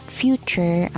future